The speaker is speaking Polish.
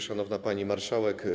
Szanowna Pani Marszałek!